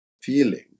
feeling